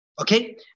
okay